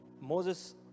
Moses